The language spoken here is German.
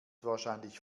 wahrscheinlich